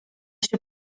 się